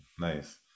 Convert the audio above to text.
Nice